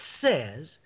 says